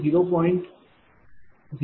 000103910